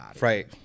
right